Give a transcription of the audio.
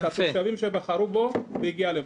ברצינות את התושבים שבחרו בו והגיע לפה.